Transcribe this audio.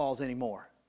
anymore